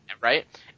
right